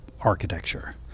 architecture